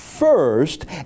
first